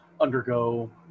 undergo